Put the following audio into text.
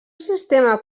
sistema